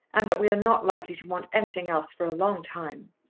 and that we are not likely to want anything else for a long time.